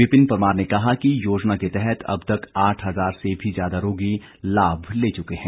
विपिन परमार ने कहा कि योजना तहत अब तक आठ हजार से भी ज्यादा रोगी लाभ लें चुके हैं